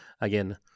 again